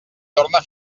torna